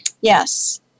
Yes